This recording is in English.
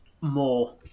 more